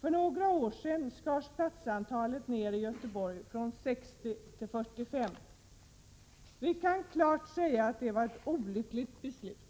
För några år sedan skars platsantalet ner i Göteborg från 60 till 45. Vi kan klart säga att det var ett olyckligt beslut.